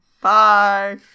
Bye